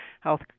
health